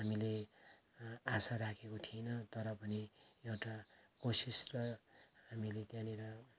हामीले आशा राखेको थिइनँ तर पनि एउटा कोसिस र हामीले त्यहाँनिर